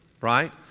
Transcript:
right